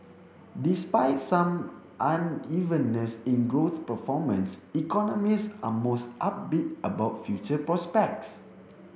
despite some unevenness in growth performance economist are mostly upbeat about future prospects